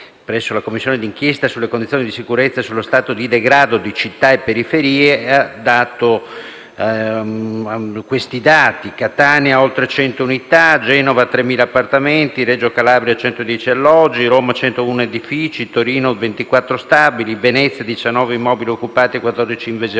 presso la Commissione d'inchiesta sulle condizioni di sicurezza e sullo stato di degrado di città e periferie, ha dato questi dati: Catania oltre 100 unità, Genova 3.000 appartamenti, Reggio Calabria 110 alloggi, Roma 101 edifici, Torino 24 stabili, Venezia 19 immobili occupati e 14 invasioni